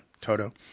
Toto